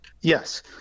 Yes